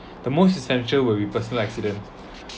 the most essential will be personal accident